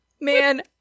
Man